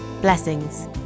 Blessings